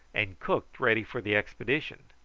and cooked ready for the expedition.